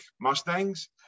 Mustangs